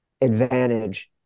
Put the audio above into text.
advantage